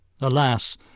Alas